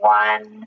one